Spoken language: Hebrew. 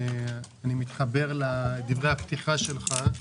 אני מתחבר לדברי הפתיחה שלך.